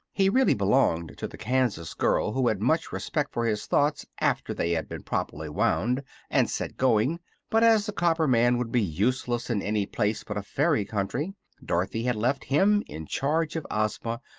he really belonged to the kansas girl, who had much respect for his thoughts after they had been properly wound and set going but as the copper man would be useless in any place but a fairy country dorothy had left him in charge of ozma,